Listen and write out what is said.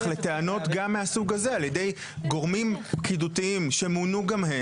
לטענות גם מהסוג הזה על ידי גורמים פקידותיים שמונו גם הם